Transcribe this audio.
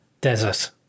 desert